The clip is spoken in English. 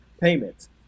payments